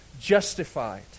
justified